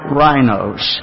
rhinos